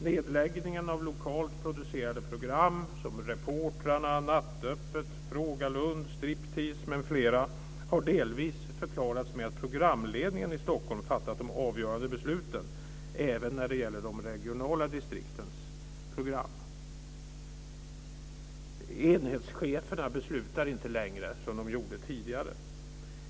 Nedläggningen av lokalt producerade program, som Reportrarna, Nattöppet, Fråga Lund, Striptease m.fl., har delvis förklarats med att programledningen i Stockholm har fattat de avgörande besluten även när det gäller de regionala distriktens program. Enhetscheferna beslutar inte längre, som de gjorde tidigare.